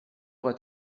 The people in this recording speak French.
aura